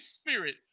Spirit